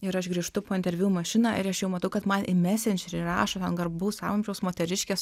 ir aš grįžtu po interviu į mašiną ir aš jau matau kad man į mesendžerį rašo ten garbaus amžiaus moteriškės